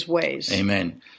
Amen